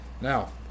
Now